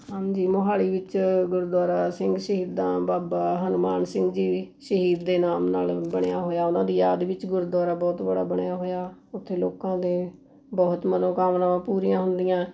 ਹਾਂਜੀ ਮੋਹਾਲੀ ਵਿੱਚ ਗੁਰਦੁਆਰਾ ਸਿੰਘ ਸ਼ਹੀਦਾਂ ਬਾਬਾ ਹਨੂੰਮਾਨ ਸਿੰਘ ਜੀ ਦੀ ਸ਼ਹੀਦ ਦੇ ਨਾਮ ਨਾਲ ਬਣਿਆ ਹੋਇਆ ਉਨ੍ਹਾਂ ਦੀ ਯਾਦ ਵਿੱਚ ਗੁਰਦੁਆਰਾ ਬਹੁਤ ਬੜਾ ਬਣਿਆ ਹੋਇਆ ਉੱਥੇ ਲੋਕਾਂ ਦੀ ਬਹੁਤ ਮਨੋਕਾਮਨਾਵਾਂ ਪੂਰੀਆਂ ਹੁੰਦੀਆਂ